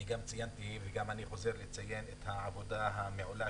אני ציינתי ואני חוזר לציין את העבודה המעולה